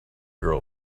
girl